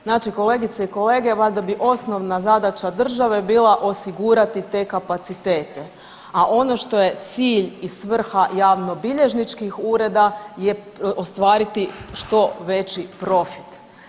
Znači kolegice i kolege valjda bi osnovna zadaća države bila osigurati te kapacitete, a ono što je cilj i svrha javnobilježničkih ureda je ostvariti što veći profit.